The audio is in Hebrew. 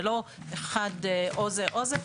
זה לא או זה או זה,